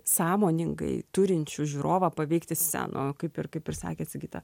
sąmoningai turinčių žiūrovą paveikti scenų kaip ir kaip ir sakė sigita